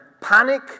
panic